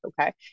okay